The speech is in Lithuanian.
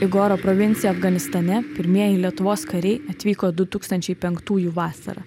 į goro provinciją afganistane pirmieji lietuvos kariai atvyko du tūkstančiai penktųjų vasarą